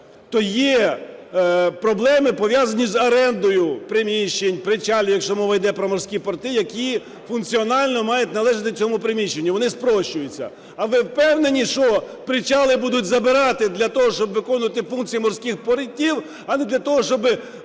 то є проблеми, пов'язані з орендою приміщень, причалів, якщо мова іде про морські порти, які функціонально мають належати цьому приміщенню, вони спрощуються. А ви впевнені, що причали будуть забирати для того, щоб виконувати функції морських портів, а не для того, щоби